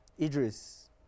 Idris